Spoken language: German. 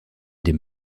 dem